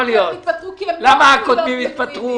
למה הקודמים התפטרו?